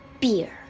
beer